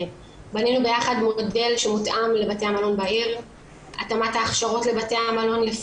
בנינו ביחד מודל שמותאם לבתי המלון בעיר,